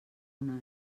una